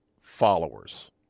followers